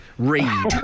Read